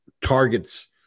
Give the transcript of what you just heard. targets